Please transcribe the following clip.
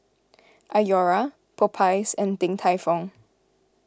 Iora Popeyes and Din Tai Fung